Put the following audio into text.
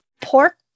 pork